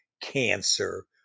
cancer